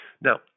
Now